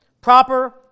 proper